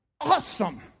awesome